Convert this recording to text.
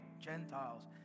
Gentiles